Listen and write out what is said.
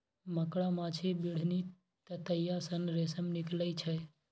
मकड़ा, माछी, बिढ़नी, ततैया सँ रेशम निकलइ छै